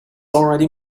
already